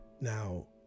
Now